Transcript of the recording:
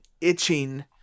itching